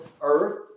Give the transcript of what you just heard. earth